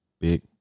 big